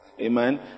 amen